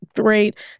great